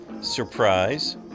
surprise